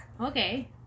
Okay